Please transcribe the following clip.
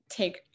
take